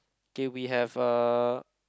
okay we have a